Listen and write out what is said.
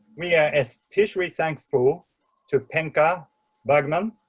we are especially thankful to penka bergmann.